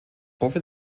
over